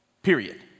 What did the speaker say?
Period